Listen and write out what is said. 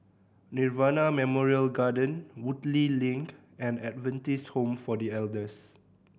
Nirvana Memorial Garden Woodleigh Link and Adventist Home for The Elders